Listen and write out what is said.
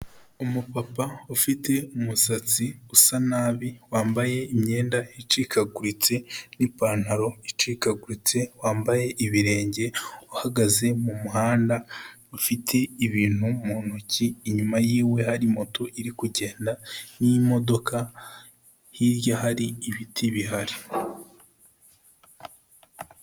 Umupapa ufite umusatsi usa nabi, wambaye imyenda icikaguritse n'ipantaro icikaguritse, wambaye ibirenge, uhagaze mu muhanda, ufite ibintu mu ntoki, inyuma yiwe hari moto iri kugenda n'imodoka, hirya hari ibiti bihari.